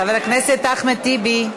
חבר הכנסת אחמד טיבי,